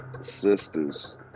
sister's